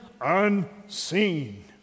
unseen